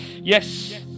Yes